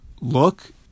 look